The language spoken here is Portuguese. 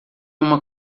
uma